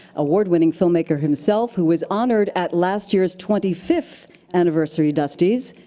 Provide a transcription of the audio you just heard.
award-winning filmmaker himself who was honored at last year's twenty fifth anniversary dustys,